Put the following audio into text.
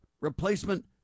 replacement